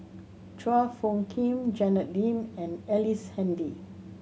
Chua Phung Kim Janet Lim and Ellice Handy